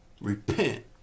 Repent